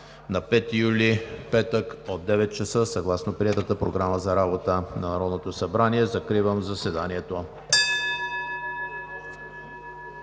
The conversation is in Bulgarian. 2019 г., петък, от 9,00 ч. съгласно приетата Програма за работа на Народното събрание. Закривам заседанието.